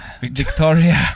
Victoria